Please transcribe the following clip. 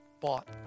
bought